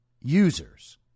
users